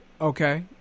okay